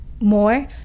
more